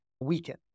weaken